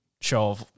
show